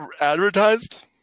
advertised